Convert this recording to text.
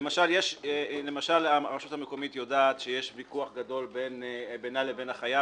למשל הרשות המקומית יודעת שיש ויכוח גדול בינה לבין החייב,